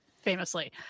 famously